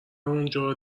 اونجا